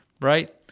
right